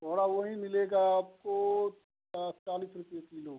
कोहड़ा वही मिलेगा आपको चालीस रुपये किलो